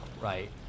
right